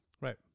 right